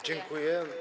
Dziękuję.